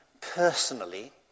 personally